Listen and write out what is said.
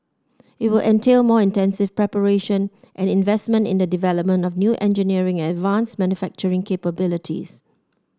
it will entail more intensive preparation and investment in the development of new engineering and advanced manufacturing capabilities